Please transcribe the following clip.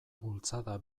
bultzada